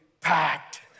packed